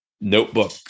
notebook